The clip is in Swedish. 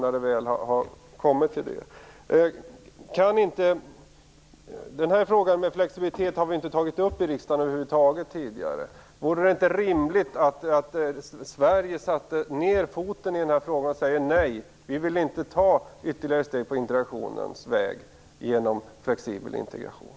Frågan om flexibilitet har över huvud taget inte tagits upp i riksdagen tidigare. Vore det inte rimligt att Sverige sätter ned foten i denna fråga och säger nej: Vi vill inte ta ytterligare steg på interaktionens väg med hjälp av flexibel integration.